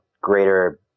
greater